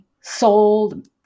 sold